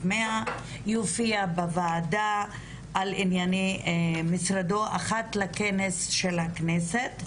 100 יופיע בוועדה על ענייני משרדו אחת לכנס של הכנסת,